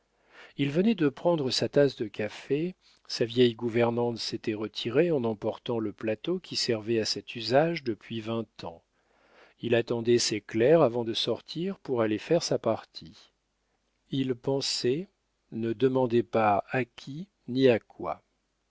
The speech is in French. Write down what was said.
il venait de prendre sa tasse de café sa vieille gouvernante s'était retirée en emportant le plateau qui servait à cet usage depuis vingt ans il attendait ses clercs avant de sortir pour aller faire sa partie il pensait ne demandez pas à qui ni à quoi